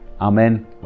amen